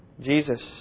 Jesus